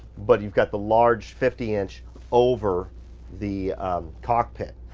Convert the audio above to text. but you've got the large fifty inch over the cockpit.